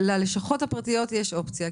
ללשכות הפרטיות יש אופציה,